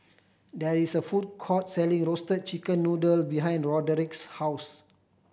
there is a food court selling Roasted Chicken Noodle behind Roderic's house